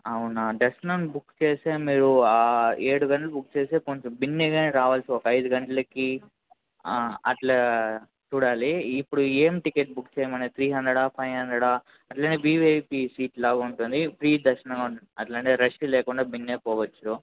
అవునా దర్శనం బుక్ చేస్తే మీరు ఏడూ గంటలకి బుక్ చేస్తే కొంచెం బిన్నగా రావాలి ఒక ఐదు గంటలకి అట్లా చూడాలి ఇప్పుడు ఏం టికెట్ బుక్ చెయమని త్రీ హ్యాండ్రేడా ఫైవ్ హ్యాండ్రేడా అట్లానే వివిఐపి సీట్లా ఉంటుంది ఫ్రీ దర్శనంలా ఉంటుంది అట్లానే రష్గా లేకుండా బిన్నే పోవచ్చు